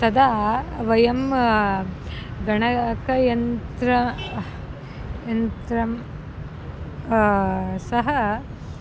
तदा वयं गणकयन्त्रं यन्त्रं सः